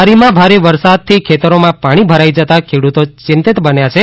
ધારીમાં ભારે વરસાદથી ખેતરોમાં પાણી ભરાઇ જતાં ખેડુતો ચિંતિત બન્યા છે